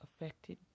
affected